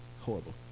Horrible